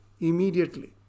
immediately